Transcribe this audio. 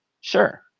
sure